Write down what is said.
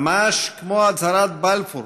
ממש כמו הצהרת בלפור